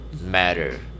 matter